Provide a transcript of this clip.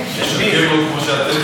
לשקר לו כמו שאתם שיקרתם?